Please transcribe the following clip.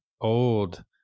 old